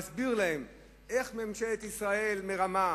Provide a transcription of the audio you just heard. מסביר להם איך ממשלת ישראל מרמה,